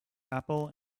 apple